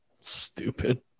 Stupid